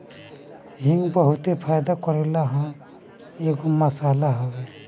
हिंग बहुते फायदा करेवाला एगो मसाला हवे